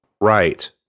right